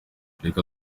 reka